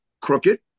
crooked